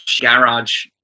garage